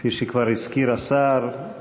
כפי שכבר הזכיר השר,